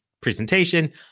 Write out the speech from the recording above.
presentation